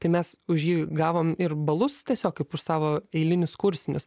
tai mes už jį gavom ir balus tiesiog kaip už savo eilinius kursinius